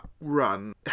run